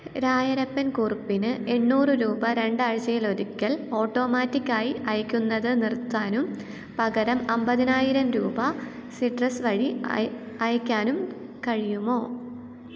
രായരപ്പൻ കുറുപ്പിന് എണ്ണൂറ് രൂപ രണ്ടാഴ്ചയിൽ ഒരിക്കല് ഓട്ടോമാറ്റിക്ക് ആയി അയയ്ക്കുന്നത് നിർത്താനും പകരം അമ്പതിനായിരം രൂപ സിട്രസ് വഴി അയയ്ക്കാനും കഴിയുമോ